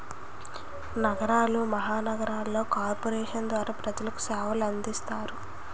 నగరాలు మహానగరాలలో కార్పొరేషన్ల ద్వారా ప్రజలకు సేవలు అందిస్తారు